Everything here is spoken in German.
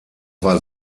war